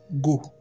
go